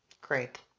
Great